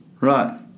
Right